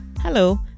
Hello